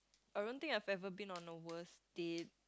I don't think I've ever been on a worst date